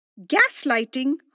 Gaslighting